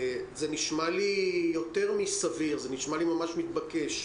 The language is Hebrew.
זה נשמע לי יותר מסביר, זה נשמע לי ממש מתבקש.